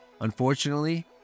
Unfortunately